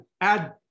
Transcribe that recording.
add